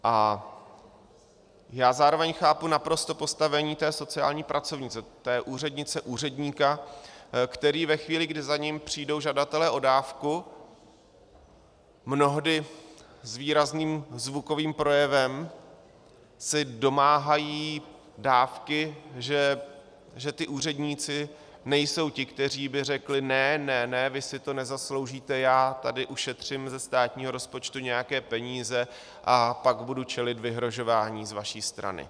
A já zároveň chápu naprosto postavení té sociální pracovnice, té úřednice, úředníka, který ve chvíli, kdy za ním přijdou žadatelé o dávku, mnohdy s výrazným zvukovým projevem se domáhají dávky, že ti úředníci nejsou ti, kteří by řekli ne, ne, ne, vy si to nezasloužíte, já tady ušetřím ze státního rozpočtu nějaké peníze a pak budu čelit vyhrožování z vaší strany.